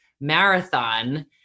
marathon